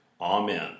Amen